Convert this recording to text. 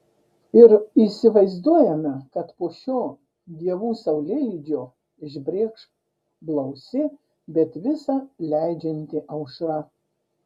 ir įsivaizduojame kad po šio dievų saulėlydžio išbrėkš blausi bet visa leidžianti aušra